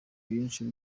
byinshi